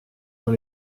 dans